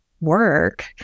work